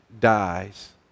dies